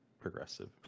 progressive